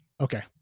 Okay